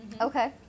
Okay